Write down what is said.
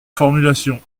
formulation